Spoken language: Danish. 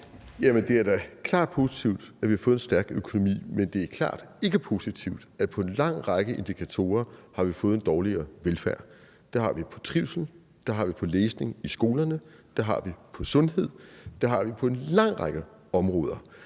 Det er da klart positivt, at vi har fået en stærk økonomi, men det er klart ikke positivt, at på en lang række indikatorer har vi fået en dårligere velfærd. Det har vi på trivsel, det har vi på læsning i skolerne, det har vi på sundhed, det har vi på en lang række områder.